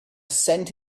cent